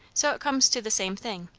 so it comes to the same thing.